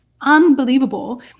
unbelievable